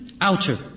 outer